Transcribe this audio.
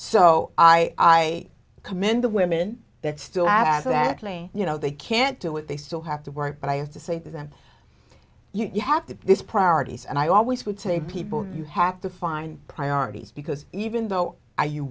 so i commend the women that still has that you know they can't do it they still have to work but i have to say to them you have to this priorities and i always would say people you have to find priorities because even though